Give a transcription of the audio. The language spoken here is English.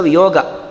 yoga